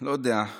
לא יודע,